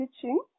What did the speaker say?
teaching